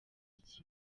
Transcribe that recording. iki